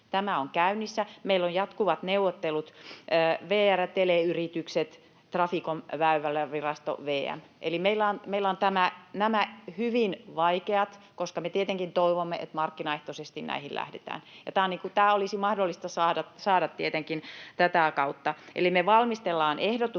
Tämä on käynnissä. Meillä on jatkuvat neuvottelut: VR, teleyritykset, Traficom, Väylävirasto, VM. Eli meillä on nämä hyvin vaikeat, koska me tietenkin toivomme, että markkinaehtoisesti näihin lähdetään. Ja tämä olisi mahdollista saada tietenkin tätä kautta. Eli me valmistellaan ehdotus